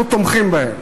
אנחנו תומכים בהם.